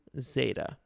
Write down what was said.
Zeta